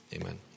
Amen